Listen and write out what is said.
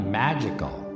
magical